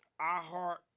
iHeart